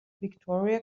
victoria